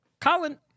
Colin